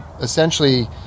essentially